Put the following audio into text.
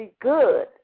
good